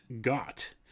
got